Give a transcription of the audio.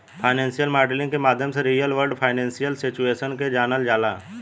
financial modelling के माध्यम से रियल वर्ल्ड फाइनेंशियल सिचुएशन के जानल जाला